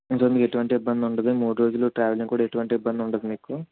ఇందులో మీకు ఎటువంటి ఇబ్బంది ఉండదు మూడు రోజులు ట్రావెలింగ్ కూడా ఎటువంటి ఇబ్బంది ఉండదు మీకు